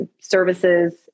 services